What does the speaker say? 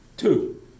Two